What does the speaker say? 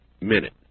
minute